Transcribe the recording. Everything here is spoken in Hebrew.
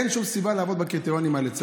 אין שום סיבה לעבוד בקריטריונים האלה.